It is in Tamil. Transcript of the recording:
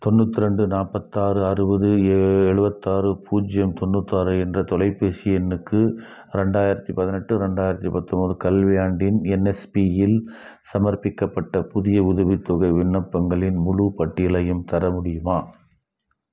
தொண்ணூத்ரெண்டு நாற்பத்தாறு அறுபது எழுபத்தாறு பூஜ்ஜியம் தொண்ணூத்தாறு என்ற தொலைபேசி எண்ணுக்கு ரெண்டாயிரத்தி பதினெட்டு ரெண்டாயிரத்தி பத்தொன்பது கல்வியாண்டில் என்எஸ்பியில் சமர்ப்பிக்கப்பட்ட புதிய உதவித்தொகை விண்ணப்பங்களின் முழுப் பட்டியலையும் தர முடியுமா